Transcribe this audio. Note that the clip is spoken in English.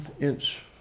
inch